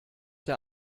der